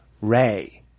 Ray